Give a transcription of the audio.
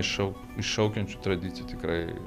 iššau iššaukiančių tradicijų tikrai